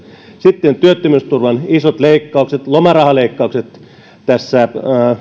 sitten työttömyysturvan isot leikkaukset lomarahaleikkaukset kiky